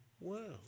world